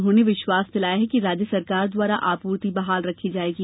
उन्होंने विश्वास दिलाया कि राज्य शासन द्वारा आपूर्ति बहाल रखी जाएगी